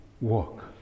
walk